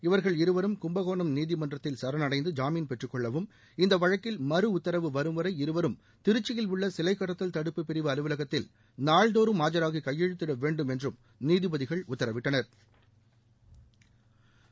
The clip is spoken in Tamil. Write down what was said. இவர்கள் இருவரும் கும்பகோணம் நீதிமன்றத்தில் சரணடைந்து ஜாமீன் பெற்றுக்கொள்ளவும் இந்த வழக்கில் மறு உத்தரவு வரும்வரை இருவரும் திருச்சியில் உள்ள சிலைக்கடத்தல் தடுப்புப் பிரிவு அலுவலகத்தில் நாள்தோறும் ஆஜாகி கையெழுத்திட வேண்டும் என்றும் நீதிபதிகள் உத்தரவிட்டனா்